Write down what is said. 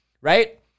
right